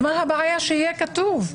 אז מה הבעיה שזה יהיה כתוב?